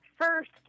First